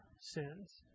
sins